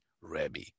Rabbi